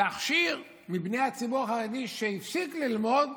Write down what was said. להכשיר את בן הציבור החרדי שהפסיק ללמוד,